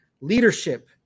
leadership